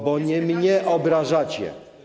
Bo nie mnie obrażacie.